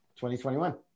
2021